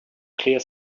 clear